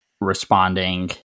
responding